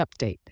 update